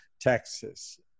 Texas